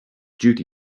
duty